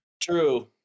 True